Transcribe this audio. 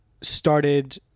started